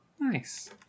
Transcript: Nice